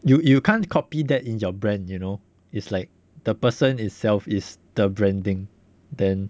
you you can't copy that in your brand you know it's like the person itself is the branding then